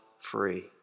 free